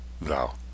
thou